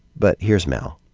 but, here's mel.